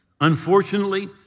Unfortunately